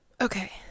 Okay